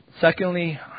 Secondly